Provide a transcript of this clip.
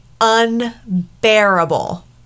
unbearable